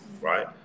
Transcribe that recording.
right